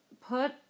put